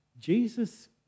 Jesus